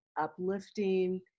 uplifting